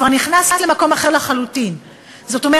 הוא כבר נכנס למקום אחר לחלוטין.